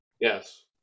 Yes